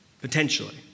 Potentially